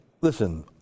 listen